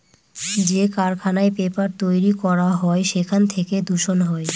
যে কারখানায় পেপার তৈরী করা হয় সেখান থেকে দূষণ হয়